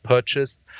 purchased